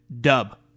dub